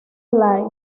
live